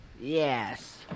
Yes